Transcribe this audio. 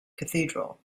cathedral